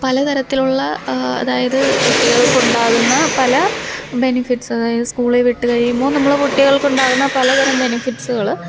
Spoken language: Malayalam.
പല തരത്തിലുള്ള അതായത് ഉണ്ടാകുന്ന പല ബെനിഫിറ്റ്സ് അതായത് സ്കൂളിൽ വിട്ട് കഴിയുമ്പം നമ്മളെ കുട്ടികള്ക്കുണ്ടാവുന്ന പല തരം ബെനിഫിറ്റ്സ്കള്